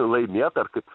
laimėt ar kaip